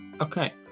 Okay